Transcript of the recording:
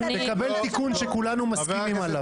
תקבל תיקון שכולנו מסכימים עליו.